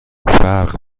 فرق